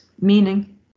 meaning